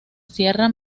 sierra